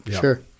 Sure